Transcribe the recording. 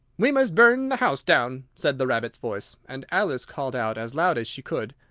we must burn the house down! said the rabbit's voice. and alice called out as loud as she could,